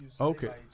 Okay